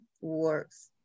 works